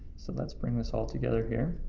so let's bring this all together here.